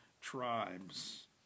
tribes